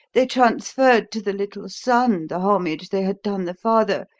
they transferred to the little son the homage they had done the father,